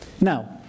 Now